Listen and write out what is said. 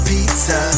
Pizza